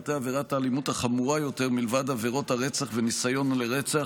בהיותה עבירת האלימות החמורה יותר מלבד עבירות הרצח וניסיון לרצח,